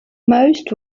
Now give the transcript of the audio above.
most